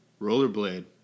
Rollerblade